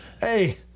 hey